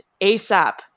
ASAP